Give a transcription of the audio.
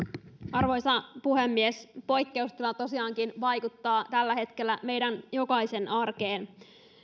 arvoisa puhemies poikkeustila tosiaankin vaikuttaa tällä hetkellä meidän jokaisen arkeen